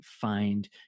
find